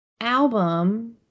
album